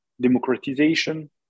democratization